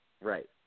Right